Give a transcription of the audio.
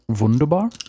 Wunderbar